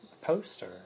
poster